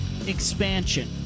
expansion